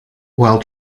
while